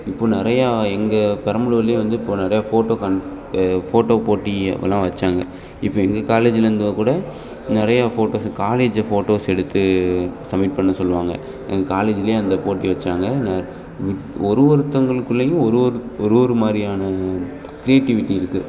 இப்போது நிறையா எங்கள் பெரம்பலூர்லேயே வந்து இப்போது நிறைய ஃபோட்டோ கண் ஃபோட்டோ போட்டி அப்போல்லாம் வச்சாங்க இப்போ எங்கள் காலேஜில் இருந்தவோ கூட நிறையா ஃபோட்டோஸ் காலேஜை ஃபோட்டோஸ் எடுத்து சப்மிட் பண்ண சொல்லுவாங்க எங்கள் காலேஜ்லேயே அந்த போட்டி வச்சாங்க நான் ஒரு ஒருத்தங்களுக்குள்ளையும் ஒரு ஒரு ஒரு ஒரு மாதிரியான க்ரியேட்டிவிட்டி இருக்குது